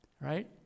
Right